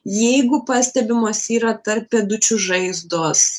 jeigu pastebimos yra tarp pėdučių žaizdos